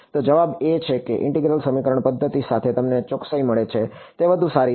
તો જવાબ એ છે કે ઈન્ટિગરલ સમીકરણ પદ્ધતિઓ સાથે તમને જે ચોકસાઈ મળે છે તે વધુ સારી છે